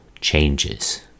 changes